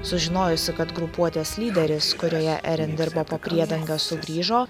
sužinojusi kad grupuotės lyderis kurioje erin dirbo po priedanga sugrįžo